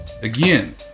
Again